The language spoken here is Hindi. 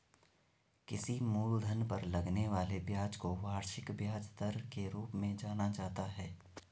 किसी मूलधन पर लगने वाले ब्याज को वार्षिक ब्याज दर के रूप में जाना जाता है